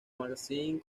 magazine